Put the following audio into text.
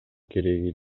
кереги